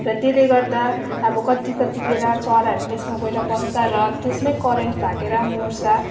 र त्यसले गर्दा अब कति कति बेला चराहरू त्यसमा गएर बस्छ र त्यसमै करेन्ट लागेर मर्छ